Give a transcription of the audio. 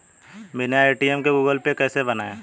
बिना ए.टी.एम के Google Pay कैसे बनायें?